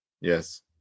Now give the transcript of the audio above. Yes